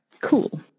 Cool